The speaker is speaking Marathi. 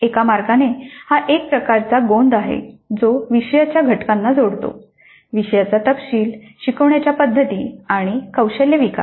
एका मार्गाने हा एक प्रकारचा गोंद आहे जो विषयाच्या घटकांना जोडतो विषयाचा तपशील शिकवण्याच्या पद्धती आणि कौशल्य विकास